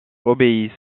obéit